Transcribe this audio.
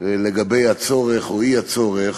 לגבי הצורך או האי-צורך,